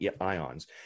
ions